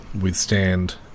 withstand